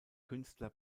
künstler